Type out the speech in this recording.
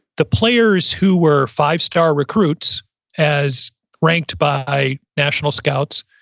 the players who were five-star recruits as ranked by national scouts,